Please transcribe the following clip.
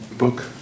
book